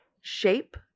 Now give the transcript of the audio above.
shape